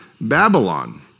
Babylon